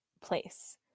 place